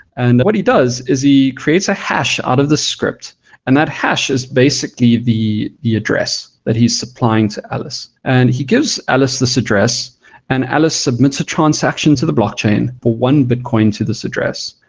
what he does is he creates a hash out of the script and that hash is basically the the address that he's supplying to alice and he gives alice this address and alice submits a transaction to the blockchain for one bitcoin to this address.